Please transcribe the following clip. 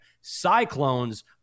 Cyclones